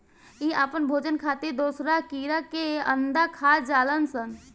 इ आपन भोजन खातिर दोसरा कीड़ा के अंडा खा जालऽ सन